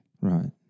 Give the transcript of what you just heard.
Right